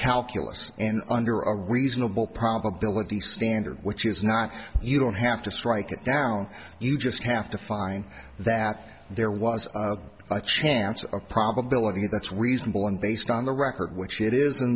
calculus in under a reasonable probability standard which is not you don't have to strike it down you just have to find that there was a chance a probability that's reasonable and based on the record which it is in